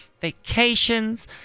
Vacations